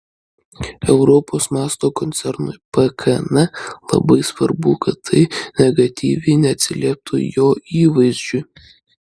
europos mąsto koncernui pkn labai svarbu kad tai negatyviai neatsilieptų jo įvaizdžiui